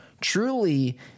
truly